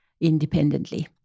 independently